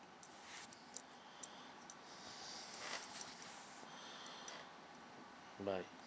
bye